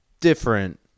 different